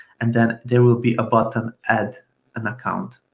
and then there will be a button, add an account.